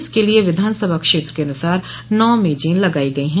इसके लिये विधानसभा क्षेत्र के अनुसार नौ मेजे लगाई गई हैं